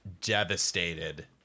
devastated